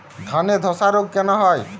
ধানে ধসা রোগ কেন হয়?